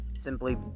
simply